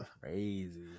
crazy